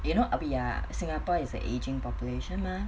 you know a bit ya singapore is an ageing population mah